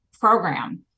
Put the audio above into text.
program